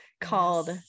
called